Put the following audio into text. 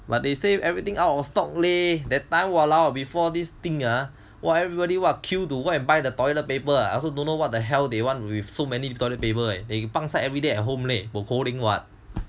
but they say everything out of stock leh that time !walao! before this thing ah !wah! everybody queue to go and buy the toilet paper I also don't know what the hell they want with so many toilet paper and they pang sai everyday at home meh